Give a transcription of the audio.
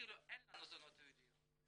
כאילו אין לנו זונות יהודיות.